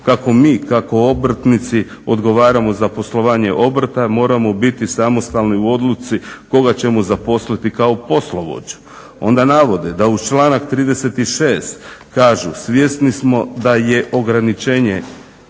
Kako mi, kako obrtnici odgovaramo za poslovanje obrta moramo biti samostalni u odluci koga ćemo zaposliti kao poslovođu. Onda navode da uz članak 36. kažu: "Svjesni smo da je ograničenje